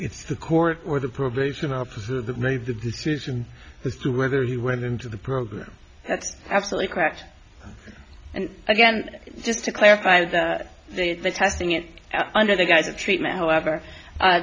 it's the court or the probation officer that made the decision as to whether he went into the program that's absolutely correct and again just to clarify that the testing it out under the guise of treatment however